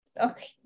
Okay